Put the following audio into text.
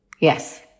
Yes